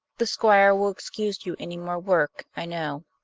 the squire will excuse you any more work, i know.